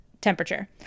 temperature